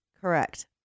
Correct